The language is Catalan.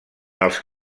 els